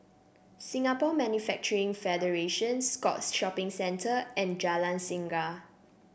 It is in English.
Singapore Manufacturing Federation Scotts Shopping Centre and Jalan Singa